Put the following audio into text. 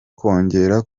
kongera